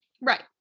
Right